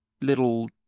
little